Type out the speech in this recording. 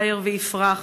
שער ויפרח.